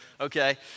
Okay